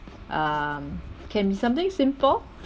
um can something simple